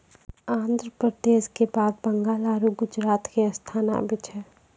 आन्ध्र प्रदेश के बाद बंगाल आरु गुजरात के स्थान आबै छै